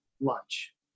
lunch